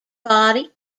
body